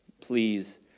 Please